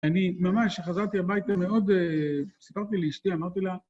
אני ממש, כשחזרתי הביתה מאוד... סיפרתי לאשתי, אמרתי לה,